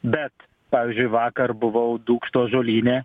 bet pavyzdžiui vakar buvau dūkšto žolyne